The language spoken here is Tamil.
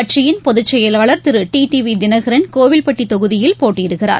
கட்சியின் பொதுச்செயலாளர் Thiru T T V Dinakaran Kovilpatti தொகுதியில் போட்டியிடுகிறார்